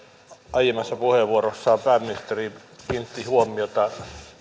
aiemmassa puheenvuorossaan pääministeri kiinnitti huomiota